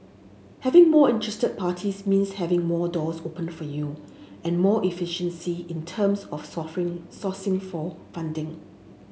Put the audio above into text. having more interested parties means having more doors opened for you and more efficiency in terms of sourcing for funding